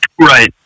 Right